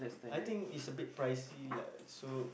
I think it's a bit pricey lah so